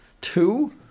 Two